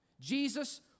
Jesus